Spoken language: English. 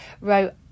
wrote